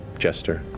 jester,